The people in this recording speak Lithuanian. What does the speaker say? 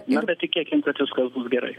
na bet tikėkim kad viskas bus gerai